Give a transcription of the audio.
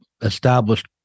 established